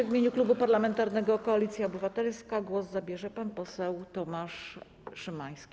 W imieniu Klubu Parlamentarnego Koalicja Obywatelska głos zabierze pan poseł Tomasz Szymański.